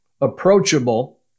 approachable